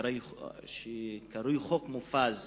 שקרוי חוק מופז,